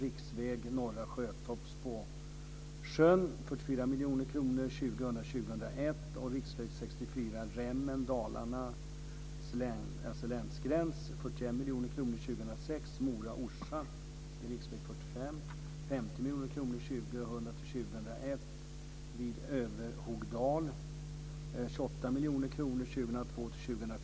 I fråga om riksvägen mellan Norra Sjötorp och Spåsjön är det 44 I fråga om riksväg 64 mellan Rämmen och Dalarnas länsgräns är det 41 miljoner kronor 2006.